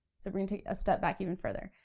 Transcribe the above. so we're gonna take a step back even further,